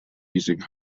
using